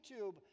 YouTube